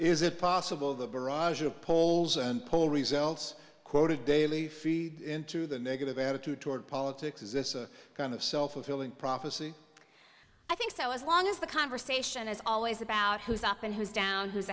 is it possible the barrage of polls and poll results quoted daily into the negative attitude toward politics is this a kind of self fulfilling prophecy i think so as long as the conversation is always about who's up and who's down who's